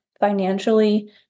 financially